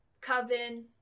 Coven